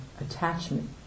attachment